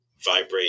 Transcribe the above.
vibrate